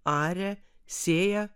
aria sėja